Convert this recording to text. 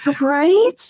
right